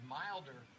milder